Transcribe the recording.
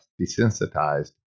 Desensitized